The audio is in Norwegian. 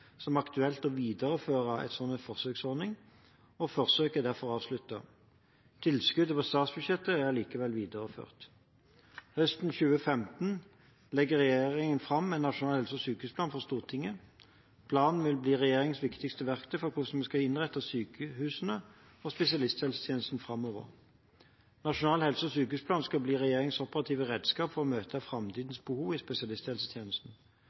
som aktuelt å videreføre en slik forsøksordning, og forsøket er derfor avsluttet. Tilskuddet på statsbudsjettet ble likevel videreført. Høsten 2015 legger regjeringen fram en nasjonal helse- og sykehusplan for Stortinget. Planen vil bli regjeringens viktigste verktøy for hvordan vi skal innrette sykehusene og spesialisthelsetjenesten framover. Nasjonal helse- og sykehusplan skal bli regjeringens operative redskap for å møte framtidens behovet for spesialisthelsetjenester. Planen utarbeides med utgangspunkt i